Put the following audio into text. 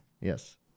Yes